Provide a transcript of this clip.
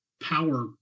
Power